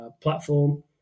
platform